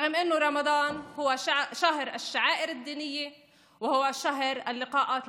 אף שרמדאן הוא חודש של טקסים דתיים ומפגשים חברתיים.